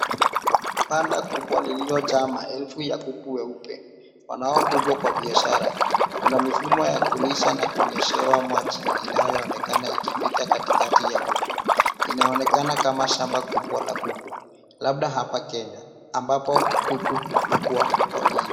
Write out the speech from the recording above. Banda kubwa lililojaa maelfu ya kuku weupe wanaokuzwa kwa biashara. Kuna mifumo ya kulisha na kunyeshewa maji inayoonekana ikipita katikati ya kuku. Inaonekana kama shamba kubwa la kuku labda hapa Kenya ambapo kuku hufugwa kwa wingi.